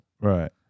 Right